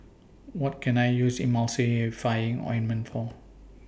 What Can I use Emulsying Ointment For